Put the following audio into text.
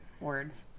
words